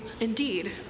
indeed